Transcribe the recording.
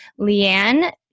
Leanne